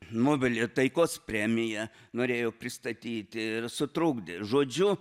nobelio taikos premiją norėjo pristatyti ir sutrukdė žodžiu